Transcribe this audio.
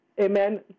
amen